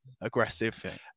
aggressive